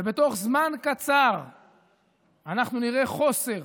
ובתוך זמן קצר אנחנו נראה חוסר